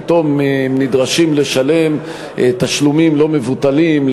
פתאום הם נדרשים לשלם תשלומים לא מבוטלים,